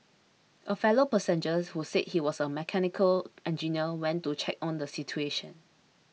a fellow passengers who said he was a mechanical engineer went to check on the situation